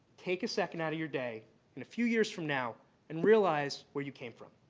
take a second out of your day and a few years from now and realize where you came from.